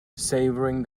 savouring